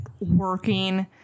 working